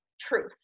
truth